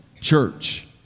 church